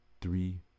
three